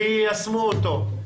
ויישמו אותו.